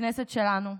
שבכנסת שלנו,